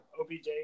OBJ